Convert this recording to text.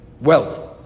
wealth